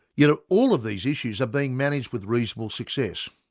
you know all of these issues are being managed with reasonable success.